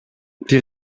die